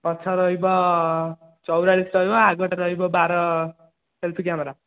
ପଛ ରହିବ ଚଉରାଳିଶ ରହିବ ଆଗଟା ରହିବ ବାର ସେଲ୍ଫୀ କ୍ୟାମେରା